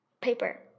paper